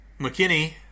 McKinney